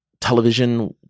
television